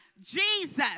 Jesus